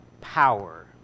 power